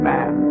Man